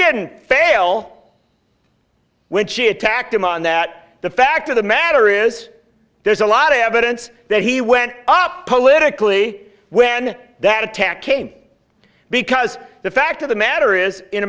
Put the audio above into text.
didn't fail when she attacked him on that the fact of the matter is there's a lot of evidence that he went up politically when that attack came because the fact of the matter is in